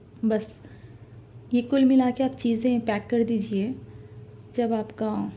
بس یہ کُل ملا کے آپ چیزیں پیک کر دیجئے جب آپ کا